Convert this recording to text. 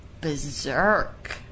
berserk